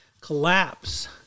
collapse